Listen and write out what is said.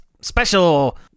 special